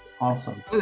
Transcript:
awesome